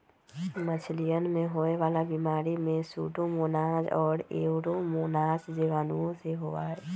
मछलियन में होवे वाला बीमारी में सूडोमोनाज और एयरोमोनास जीवाणुओं से होबा हई